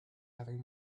having